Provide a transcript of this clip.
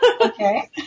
Okay